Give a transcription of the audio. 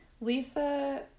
Lisa